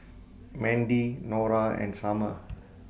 Mandy Nora and Summer